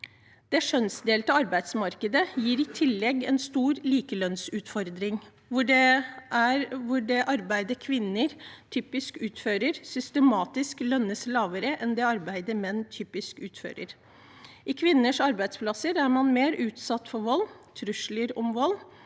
Det kjønnsdelte arbeidsmarkedet gir i tillegg en stor likelønnsutfordring, hvor det arbeidet kvinner typisk utfører, systematisk lønnes lavere enn det arbeidet menn typisk utfører. På kvinners arbeidsplasser er man mer utsatt for vold, trusler om vold